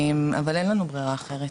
אבל אין לנו ברירה אחרת,